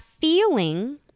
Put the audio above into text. feeling